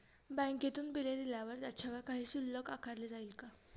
बँकेतून बिले दिल्यावर त्याच्यावर काही शुल्क आकारले जाईल का?